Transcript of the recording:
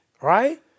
right